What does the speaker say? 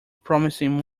promising